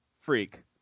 freak